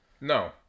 No